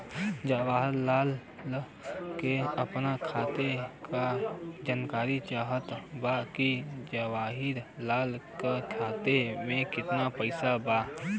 जवाहिर लाल के अपना खाता का जानकारी चाहत बा की जवाहिर लाल के खाता में कितना पैसा बा?